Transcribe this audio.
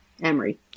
emery